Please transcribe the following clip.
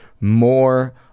more